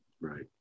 Right